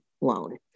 loan